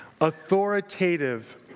authoritative